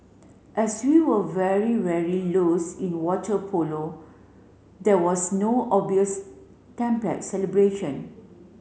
as we were very rarely lose in water polo there was no obvious template celebration